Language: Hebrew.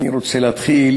אני רוצה להתחיל